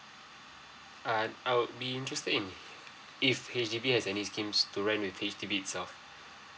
uh I would be interested in if H_D_B has any schemes to rent with H_D_B itself